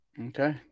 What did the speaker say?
Okay